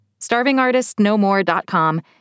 Starvingartistnomore.com